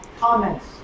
comments